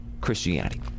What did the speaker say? Christianity